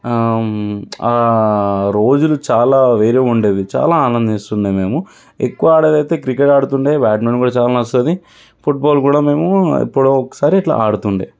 రోజులు చాల వేరుగా ఉండేవి చాలా ఆనందిస్తుండే మేము ఎక్కువ ఆడేది అయితే క్రికెట్ ఆడుతుండేది బ్యాట్మింటన్ కూడా చాలా నచ్చుతుంది ఫుట్బాల్ కూడా మేము ఎప్పుడో ఒకసారి ఇట్లా ఆడుతుండే